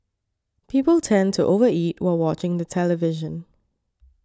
people tend to over eat while watching the television